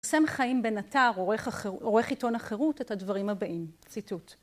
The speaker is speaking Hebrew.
שם חיים בנתר, עורך עיתון החירות, את הדברים הבאים, ציטוט.